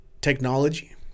technology